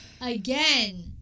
again